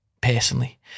personally